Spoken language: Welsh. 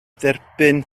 derbyn